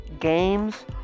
games